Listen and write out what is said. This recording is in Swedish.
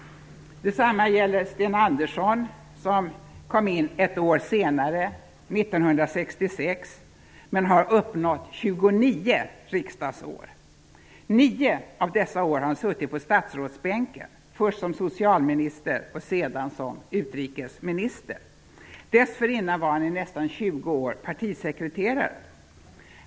Detsamma gäller Sten Andersson, som kom in i riksdagen ett år senare, 1966, men han har uppnått 29 riksdagsår. Nio av dessa år har han suttit på statsrådsbänken, först som socialminister och sedan som utrikesminister. Dessförinnan var han i nästan 20 år partisekreterare.